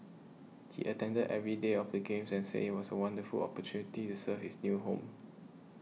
he attended every day of the games and said it was a wonderful opportunity to serve his new home